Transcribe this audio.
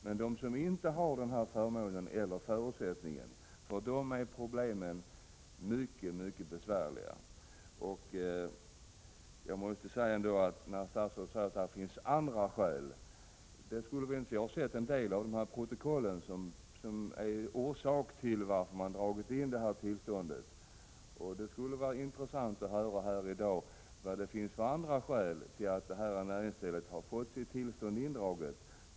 Men för dem som inte har denna förmån eller förutsättning är problemen mycket besvärliga. Statsrådet säger att det finns andra skäl än dem jag har tagit upp. Jag har sett en del av de protokoll som ligger till grund för indragningen av tillstånd. Det skulle vara intressant att höra vad det finns för andra skäl till att detta näringsställe fått sitt tillstånd indraget.